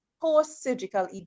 post-surgical